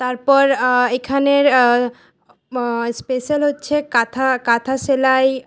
তারপর এখানের স্পেশাল হচ্ছে কাঁথা কাঁথা সেলাই